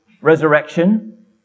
resurrection